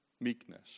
meekness